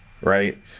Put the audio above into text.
right